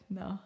no